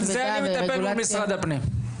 בסדר, בזה אני מטפל מול משרד הפנים.